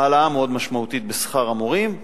העלאה מאוד משמעותית בשכר המורים,